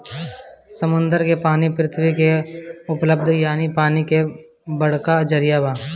समुंदर के पानी पृथ्वी पर उपलब्ध पानी के बड़का जरिया बा